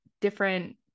different